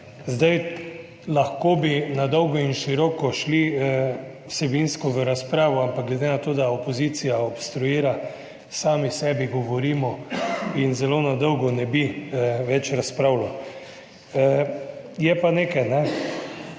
Zdaj lahko bi na dolgo in široko šli vsebinsko v razpravo, ampak glede na to, da opozicija obstruira, sami sebi govorimo in zelo na dolgo ne bi več razpravljal. Je pa nekaj -